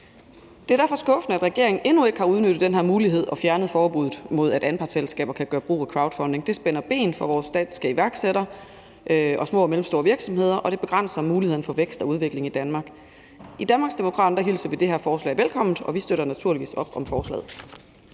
Det er derfor skuffende, at regeringen endnu ikke har udnyttet den her mulighed og fjernet forbuddet mod, at anpartsselskaber kan gøre brug af crowdfunding. Det spænder ben for vores danske iværksættere og små og mellemstore virksomheder, og det begrænser mulighederne for vækst og udvikling i Danmark. I Danmarksdemokraterne hilser vi det her forslag velkommen, og vi støtter naturligvis op om forslaget.